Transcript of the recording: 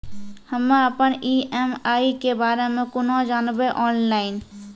हम्मे अपन ई.एम.आई के बारे मे कूना जानबै, ऑनलाइन?